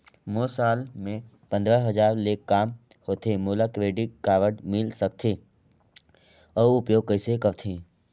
मोर साल मे पंद्रह हजार ले काम होथे मोला क्रेडिट कारड मिल सकथे? अउ उपयोग कइसे करथे?